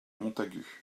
montagut